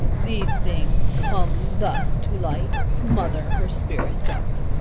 these things, come thus to light, smother her spirits up.